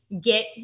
get